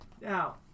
Now